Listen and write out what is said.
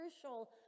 crucial